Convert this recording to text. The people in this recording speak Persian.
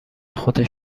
خودش